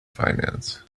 finance